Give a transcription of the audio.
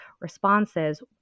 responses